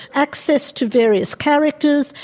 access to various characters,